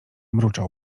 mruczał